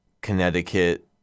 Connecticut